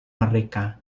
mereka